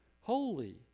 holy